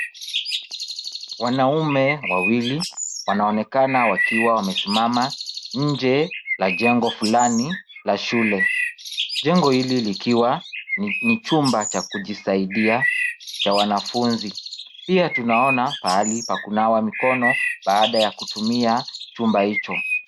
Wanaume wawili wanaonekana wakiwa wamesimama nje ya jengo fulani la shule. Jengo hili likiwa ni chumba cha kujisaidia cha wanafunzi. Pia tunaona pahali pa kunawa mikono baada ya kutumia chumba hicho.